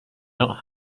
not